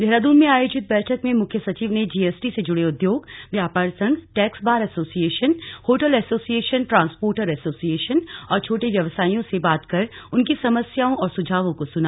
देहरादून में आयोजित बैठक में मुख्य सचिव ने जीएसटी से जुड़े उद्योग व्यापार संघ tax bar association hotel association transporter association और छोटे व्यवसायियों से बात कर उनकी समस्याओं और सुझावों को सुना